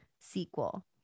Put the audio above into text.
sequel